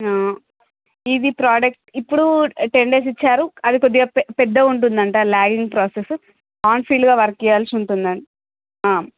ఇది ప్రోడక్ట్ ఇప్పుడు ten days ఇచ్చారు అది కొద్దిగా పెద్ పెద్దగా ఉంటుంది అంట లాగిన్ ప్రాసెస్ ఆన్ ఫీల్డ్గా వర్క్ చేయాల్సి ఉంటుంది